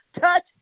touch